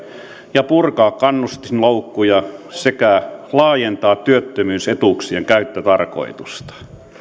ja purkaa kannustinloukkuja sekä laajentaa työttömyysetuuksien käyttötarkoitusta